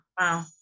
Wow